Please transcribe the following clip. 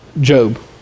Job